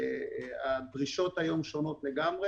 הדרישות היום שונות לגמרי